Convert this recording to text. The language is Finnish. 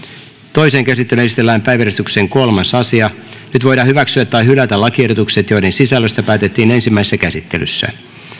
toiseen käsittelyyn esitellään päiväjärjestyksen kolmas asia nyt voidaan hyväksyä tai hylätä lakiehdotukset joiden sisällöstä päätettiin ensimmäisessä käsittelyssä